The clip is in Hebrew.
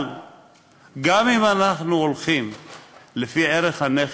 אבל גם אם אנחנו הולכים לפי ערך הנכס,